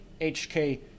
HK